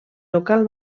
local